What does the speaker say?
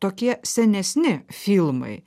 tokie senesni filmai